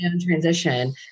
transition